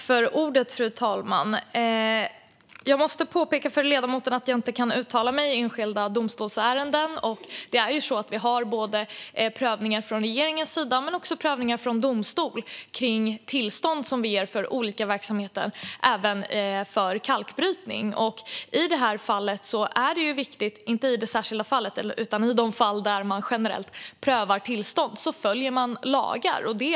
Fru talman! Låt mig påpeka för ledamoten att jag inte kan uttala mig i enskilda domstolsärenden. Det förekommer prövningar av regering men även av domstol vid tillståndsgivning för olika verksamheter. Det gäller även kalkbrytning. I de fall där tillstånd prövas av domstol följs givetvis lagen.